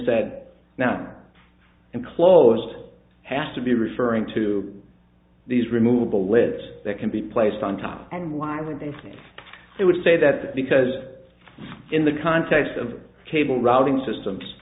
said now and close has to be referring to these removable lids that can be placed on top and why would they think they would say that because in the context of cable routing systems